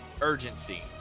urgency